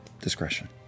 discretion